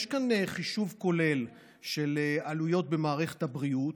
יש כאן חישוב כולל של עלויות במערכת הבריאות,